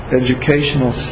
educational